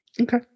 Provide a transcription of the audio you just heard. Okay